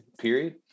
Period